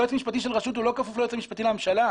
יועץ משפטי של רשות לא כפוף ליועץ המשפטי לממשלה,